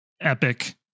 epic